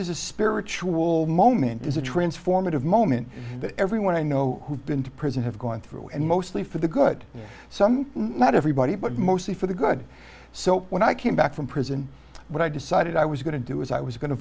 there's a spiritual moment is a transformative moment that everyone i know who've been to prison have gone through and mostly for the good some not everybody but mostly for the good so when i came back from prison when i decided i was going to do is i was going to